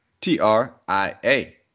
T-R-I-A